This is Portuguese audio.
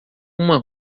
uma